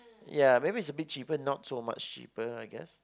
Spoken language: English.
ya maybe it's a bit cheaper not so much cheaper I guess